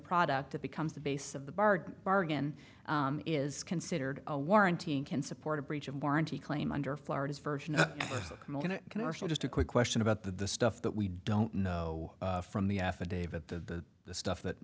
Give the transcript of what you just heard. product that becomes the basis of the bard bargain is considered a warranty and can support a breach of warranty claim under florida's version of commercial just a quick question about the stuff that we don't know from the affidavit the the stuff that